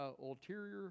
ulterior